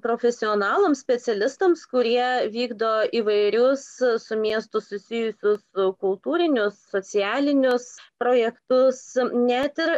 profesionalams specialistams kurie vykdo įvairius su miestu susijusius kultūrinius socialinius projektus net ir